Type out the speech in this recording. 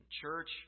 church